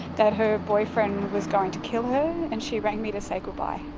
that her boyfriend was going to kill her and she rang me to say goodbye.